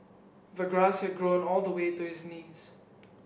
the grass had grown all the way to his knees